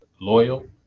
loyal